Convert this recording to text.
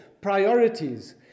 priorities